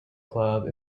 club